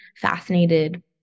fascinated